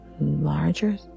larger